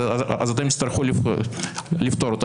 אז תצטרכו לפתור אותה.